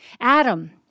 Adam